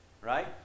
right